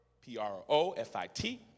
P-R-O-F-I-T